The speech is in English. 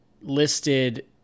listed